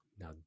now